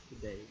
today